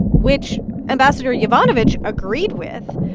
which ambassador yovanovitch agreed with.